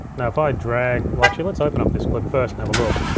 now if i drag, well actually, let's open up this clip first and have a look,